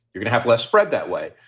you can have less spread that way.